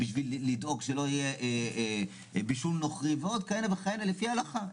בשביל לדאוג שלא יהיה בישול נוכרי ועוד כהנה וכהנה לפי ההלכה,